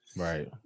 Right